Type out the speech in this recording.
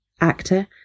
actor